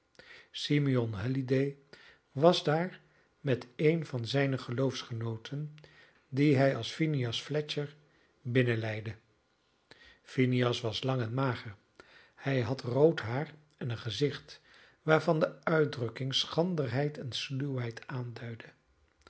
halliday was daar met een van zijne geloofsgenooten dien hij als phineas fletcher binnenleidde phineas was lang en mager hij had rood haar en een gezicht waarvan de uitdrukking schranderheid en sluwheid aanduidde